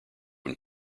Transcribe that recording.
when